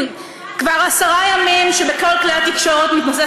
כבר עשרה ימים שבכל כלי התקשורת מתנוסס